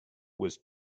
was